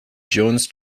jones